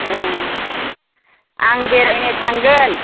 ए आं बेरायनो थांगोन